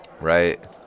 Right